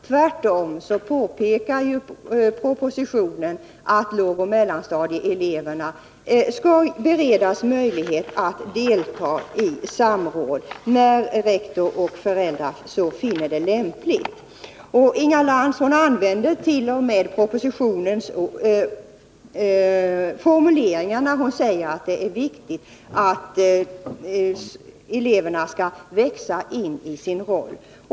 Tvärtom påpekar propositionen att lågoch mellanstadieeleverna skall beredas möjlighet att delta i samråd när rektor och föräldrar så finner lämpligt. Inga Lantz använde t.o.m. propositionens formuleringar när hon säger att det är viktigt att eleverna växer in i sin roll.